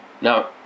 Now